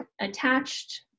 attached